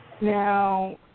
Now